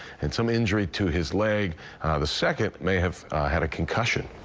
and some injury to his like the second may have had a concussion.